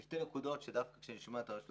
יש שתי נקודות, שדווקא כשאני שומע את הרשות